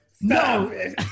No